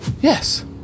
Yes